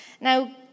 Now